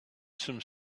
some